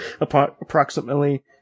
approximately